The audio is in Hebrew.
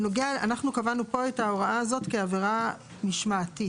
אנחנו קבענו פה את ההוראה הזאת כעבירה משמעתית.